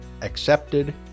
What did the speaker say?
accepted